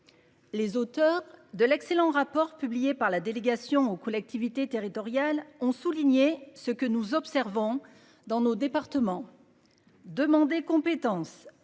Les auteurs de l'excellent rapport publié par la délégation aux collectivités territoriales ont souligné ce que nous observons dans nos départements. Compétence